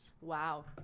wow